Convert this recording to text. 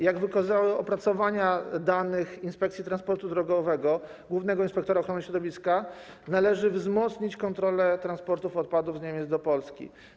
Jak wykazały opracowania danych Inspekcji Transportu Drogowego, głównego inspektora ochrony środowiska, należy wzmocnić kontrole transportów odpadów z Niemiec do Polski.